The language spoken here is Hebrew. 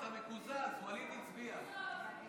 הצעת ועדת הפנים והגנת הסביבה בדבר פיצול